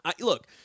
Look